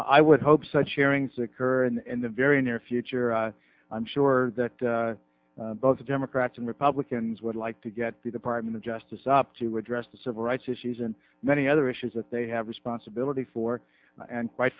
i would hope such sharing sicker and the very near future i'm sure that both democrats and republicans would like to get the department of justice up to address the civil rights issues and many other issues that they have responsibility for and quite